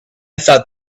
thought